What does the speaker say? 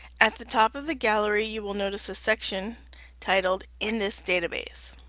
at the top of the gallery you will notice a section titled in this database.